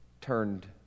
turned